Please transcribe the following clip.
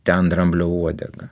ten dramblio uodega